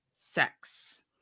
sex